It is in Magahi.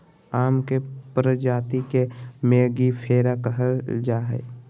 आम के प्रजाति के मेंगीफेरा कहल जाय हइ